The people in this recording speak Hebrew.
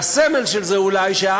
והסמל של זה אולי,